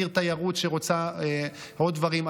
עיר תיירות שרוצה עוד דברים,